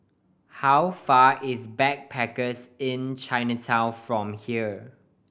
how far is Backpackers Inn Chinatown from here